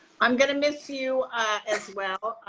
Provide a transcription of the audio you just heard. i'm gonna miss you as well.